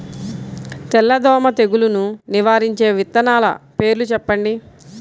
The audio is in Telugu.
తెల్లదోమ తెగులును నివారించే విత్తనాల పేర్లు చెప్పండి?